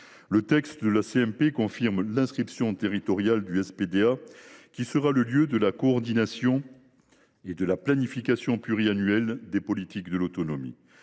Le texte confirme l’inscription territoriale du SPDA, qui sera l’instance de coordination et de planification pluriannuelle des politiques de l’autonomie.